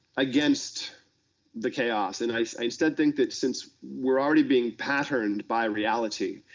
against the chaos. and i i instead think that since weire already being patterned by reality,